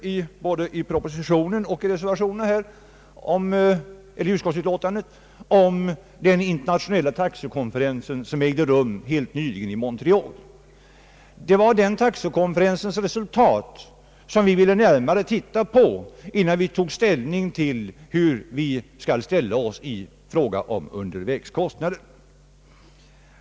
Både i propositionen och i utlåtandet skriver man om den internationella taxekonferens, som helt nyligen hölls i Montreal. Det var den taxekonferensens resultat som vi ville titta på närmare, innan vi tog ställning till frågan om undervägskostnader.